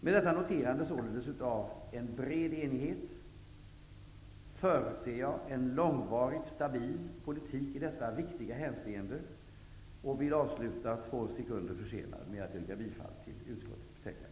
Med detta noterande av en bred enighet, förutser jag en långvarigt stabil politik i detta viktiga hänseende. Jag vill avsluta med att yrka bifall till utskottets hemställan.